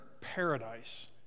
paradise